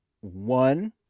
one